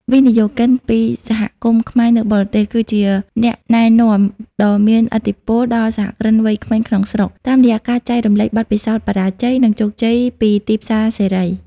វិនិយោគិនពី សហគមន៍ខ្មែរនៅបរទេស គឺជាអ្នកណែនាំ ដ៏មានឥទ្ធិពលដល់សហគ្រិនវ័យក្មេងក្នុងស្រុក តាមរយៈការចែករំលែកបទពិសោធន៍បរាជ័យ និងជោគជ័យពីទីផ្សារសេរី។